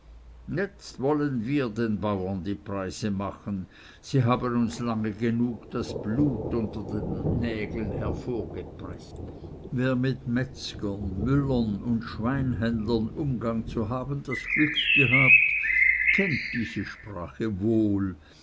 jetzt wollen wir den bauern die preise machen sie haben uns lange genug das blut unter den nägeln hervorgepreßt wer mit metzgern müllern und schweinhändlern umgang zu haben das glück gehabt kennt diese sprache wohl